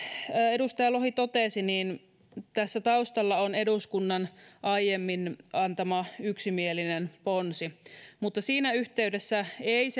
edustaja lohi totesi tässä taustalla on eduskunnan aiemmin antama yksimielinen ponsi mutta siinä yhteydessä ei